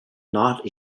not